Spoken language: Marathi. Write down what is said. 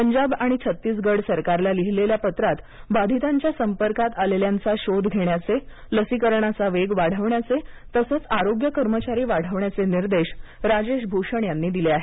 पंजाब आणि छत्तीसगड सरकारला लिहिलेल्या पत्रात बाधितांच्या संपर्कात आलेल्यांचा शोध घेण्याचे लसीकरणाचा वेग वाढवण्याचे तसंच आरोग्य कर्मचारी वाढवण्याचे निर्देश राजेश भूषण यांनी दिले आहेत